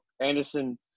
Anderson –